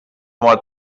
oma